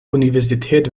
universität